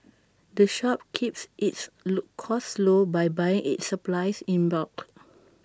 the shop keeps its low costs low by buying its supplies in bulk